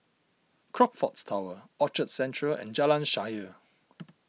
Crockfords Tower Orchard Central and Jalan Shaer